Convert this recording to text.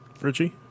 Richie